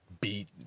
beat